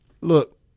Look